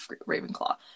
Ravenclaw